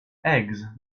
eggs